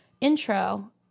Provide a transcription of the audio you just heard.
intro